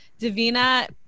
Davina